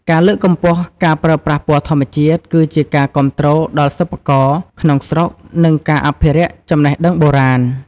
ការលើកកម្ពស់ការប្រើប្រាស់ពណ៌ធម្មជាតិ គឺជាការគាំទ្រដល់សិប្បករក្នុងស្រុក និងការអភិរក្សចំណេះដឹងបុរាណ។